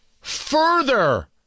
further